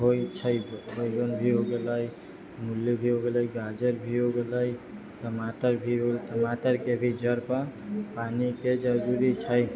होइ छै बैगन भी हो गेलै मूली भी हो गेलै गाजर भी हो गेलै टमाटर भी हो टमाटर के भी जड़ पे पानी के जरूरी छै